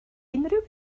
unrhyw